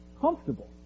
comfortable